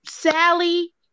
sally